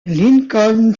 lincoln